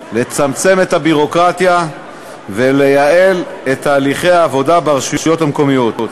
לצמצם את הביורוקרטיה ולייעל את תהליכי העבודה ברשויות המקומיות.